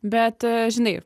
bet žinai